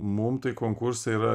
mum tai konkursai yra